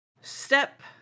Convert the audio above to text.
Step